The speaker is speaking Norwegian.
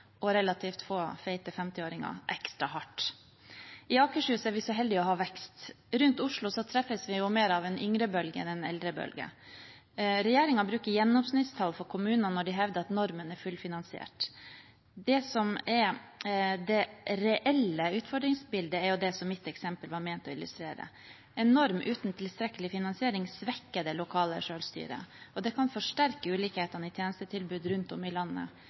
og relativt få feite 50-åringer, ekstra hardt. I Akershus er vi så heldige å ha vekst. Rundt Oslo treffes vi mer av en yngrebølge enn av en eldrebølge. Regjeringen bruker gjennomsnittstall for kommunene når de hevder at normen er fullfinansiert. Det som er det reelle utfordringsbildet, er det som mitt eksempel var ment å illustrere. En norm uten tilstrekkelig finansiering svekker det lokale selvstyret, og det kan forsterke ulikhetene i tjenestetilbudet rundt om i landet